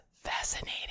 fascinating